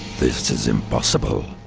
this is impossible!